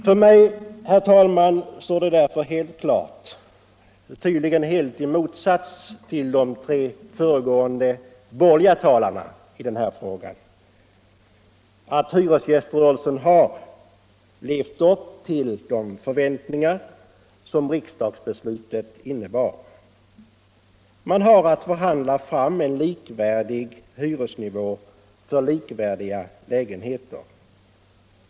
För mig, herr talman, står det därför helt klart — tydligen i motsats till de tre föregående, borgerliga talarna i denna fråga — att hyresgäströrelsen har levt upp till de förväntningar som riksdagsbeslutet innebar. Man har att förhandla fram en likvärdig hyresnivå för likvärdiga lägenheter.